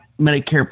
Medicare